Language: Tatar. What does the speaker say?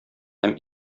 һәм